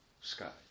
sky